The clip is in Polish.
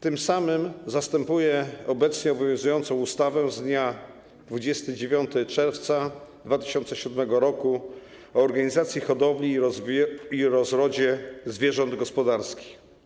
Tym samym zastępuje obecnie obowiązującą ustawę z dnia 29 czerwca 2007 r. o organizacji hodowli i rozrodzie zwierząt gospodarskich.